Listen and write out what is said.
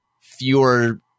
fewer